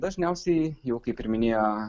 dažniausiai jau kaip ir minėjo